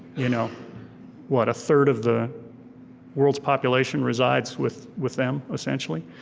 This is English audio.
you know what a third of the world's population resides with with them, essentially?